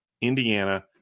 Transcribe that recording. Indiana